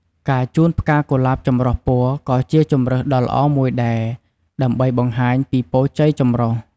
ការជូនផ្កាកុលាបចម្រុះពណ៌ក៏ជាជម្រើសដ៏ល្អមួយដែរ ដើម្បីបង្ហាញពីពរជ័យចម្រុះ។